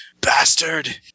Bastard